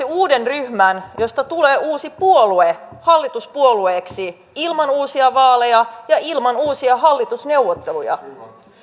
uuden ryhmän josta tulee uusi puolue hallituspuolueeksi ilman uusia vaaleja ja ilman uusia hallitusneuvotteluja